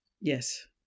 Yes